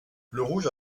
lerouge